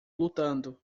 lutando